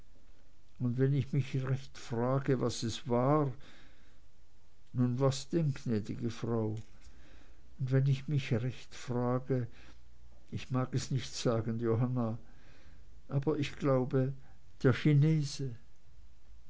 und wenn ich mich recht frage was es war nun was denn gnäd'ge frau und wenn ich mich recht frage ich mag es nicht sagen johanna aber ich glaube der chinese